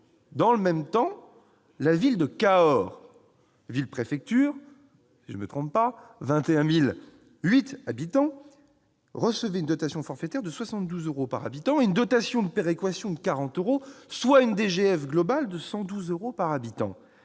Dans le même temps, la ville de Cahors, ville-préfecture, 21 008 habitants, recevait une dotation forfaitaire de 72 euros par habitant et une dotation de péréquation de 40 euros, soit une DGF globale de 112 euros par habitant.